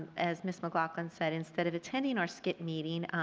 as ms. mclaughlin said instead of attending our so meeting.